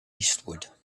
eastward